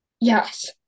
Yes